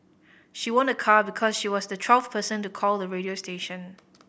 she won a car because she was the twelfth person to call the radio station